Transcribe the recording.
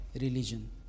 religion